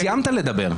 סיימת לדבר.